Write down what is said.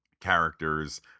characters